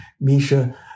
Misha